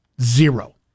Zero